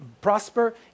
prosper